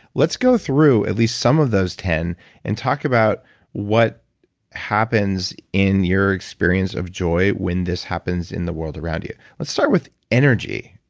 let's go through at least some of those ten and talk about what happens in your experience of joy when this happens in the world around you let's start with energy.